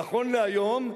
נכון להיום,